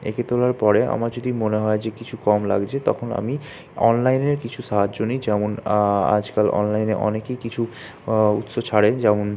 এঁকে তোলার পরে আমার যদি মনে হয় যে কিছু কম লাগছে তখন আমি অনলাইনের কিছু সাহায্য নিই যেমন আজকাল অনলাইনে অনেকেই কিছু উৎস ছাড়ে যেমন